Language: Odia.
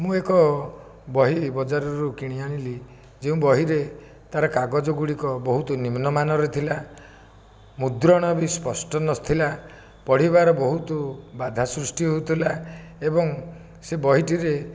ମୁଁ ଏକ ବହି ବଜାରରୁ କିଣି ଆଣିଲି ଯେଉଁ ବହିରେ ତା ର କାଗଜ ଗୁଡ଼ିକ ବହୁତ ନିମ୍ନମାନର ଥିଲା ମୁଦ୍ରଣ ବି ସ୍ପଷ୍ଟ ନଥିଲା ପଢ଼ିବାରେ ବହୁତ ବାଧା ସୃଷ୍ଟି ହେଉଥିଲା ଏବଂ ସେ ବହିଟିରେ